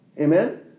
Amen